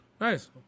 nice